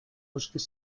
bosques